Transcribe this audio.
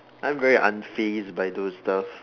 I'm very unfazed by those stuff